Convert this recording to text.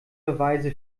beweise